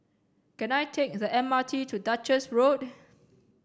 can I take the M R T to Duchess Road